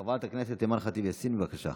חברת הכנסת אימאן ח'טיב יאסין, בבקשה.